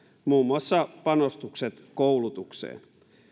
muun muassa panostukset koulutukseen